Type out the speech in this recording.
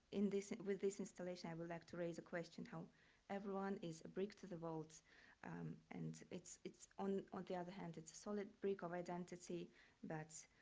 in this, with this installation, i would like to raise a question. how everyone is a brick to the world and it's, on on the other hand, it's a solid brick of identity but,